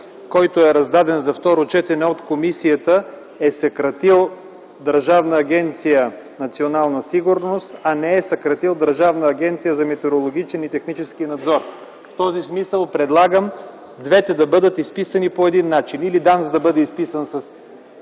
който е раздаден за второ четене, е съкратена Държавна агенция „Национална сигурност”, а не е съкратена Държавна агенция за метрологичен и технически надзор. В този смисъл предлагам двете да бъдат изписани по един начин – или ДАНС да бъде изписана с